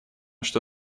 что